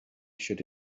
should